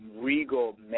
regal